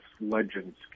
legends